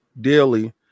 daily